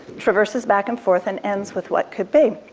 traverses back and forth and ends with what could be.